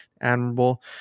admirable